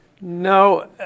No